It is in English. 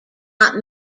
not